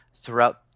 throughout